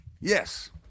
yes